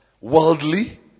worldly